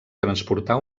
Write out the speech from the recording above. transportar